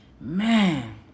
Man